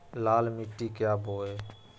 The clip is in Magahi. लाल मिट्टी क्या बोए?